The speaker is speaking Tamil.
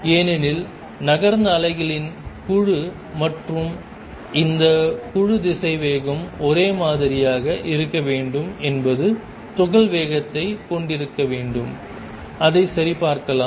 ஏனெனில் நகர்ந்த அலைகளின் குழு மற்றும் இந்த குழு திசைவேகம் ஒரே மாதிரியாக இருக்க வேண்டும் என்பது துகள் வேகத்தைக் கொண்டிருக்க வேண்டும் அதை சரிபார்க்கலாம்